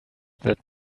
that